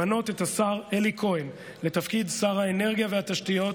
למנות את השר אלי כהן לתפקיד שר האנרגיה והתשתיות,